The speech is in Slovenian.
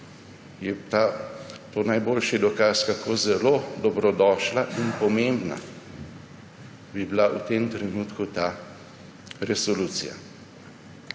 je to najboljši dokaz, kako zelo dobrodošla in pomembna bi bila v tem trenutku ta resolucija,